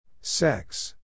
Sex